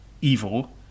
Evil